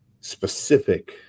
specific